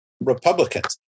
Republicans